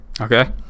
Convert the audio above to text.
Okay